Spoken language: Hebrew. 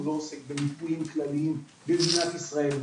הוא לא עוסק במיפויים כלליים במדינת ישראל.